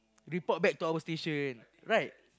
report back to our station right